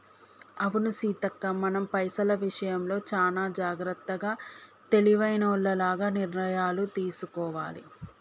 అవును సీతక్క మనం పైసల విషయంలో చానా జాగ్రత్తగా తెలివైనోల్లగ నిర్ణయాలు తీసుకోవాలి